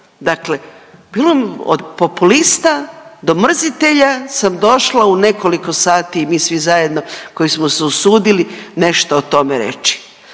Dakle bilo od populista do mrzitelja sam došla u nekoliko sati i mi svi zajedno koji smo se usudili nešto o tome reći.